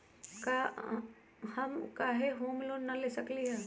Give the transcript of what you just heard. हम काहे home loan न ले सकली ह?